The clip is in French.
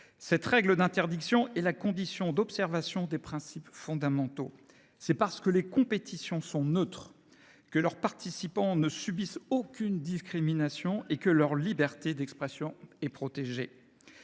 Cette interdiction est la condition d’observation des principes fondamentaux cités à l’instant. C’est parce que les compétitions sont neutres que leurs participants ne subissent aucune discrimination et que leur liberté d’expression est protégée.